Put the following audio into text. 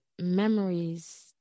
memories